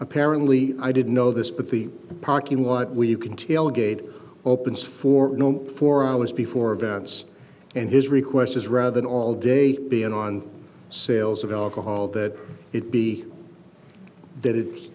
apparently i didn't know this but the parking lot where you can tell a gate opens for four hours before events and his request is rather than all day be an on sales of alcohol that it be that it